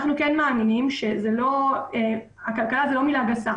אנחנו כן מאמינים שכלכלה היא לא מילה גסה.